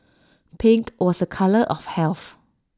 pink was A colour of health